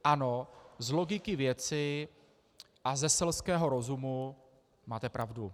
Ano, z logiky věci a ze selského rozumu máte pravdu.